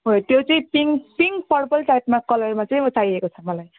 हो त्यो चाहिँ पिन्क पिन्क पर्पल टाइपमा कलरमा चाहिँ चाहिएको छ मलाई